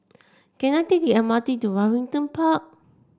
can I take the M R T to Waringin Park